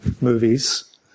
movies